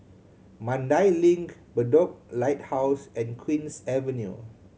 Mandai Link Bedok Lighthouse and Queen's Avenue